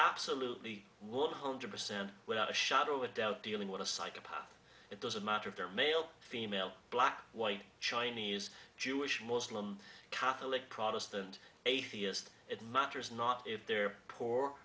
absolutely one hundred percent without a shadow of doubt dealing with a psychopath it doesn't matter if they're male female black white chinese jewish muslim catholic protestant atheist it matters not if they're poor